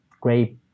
great